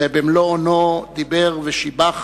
ובמלוא אונו דיבר ושיבח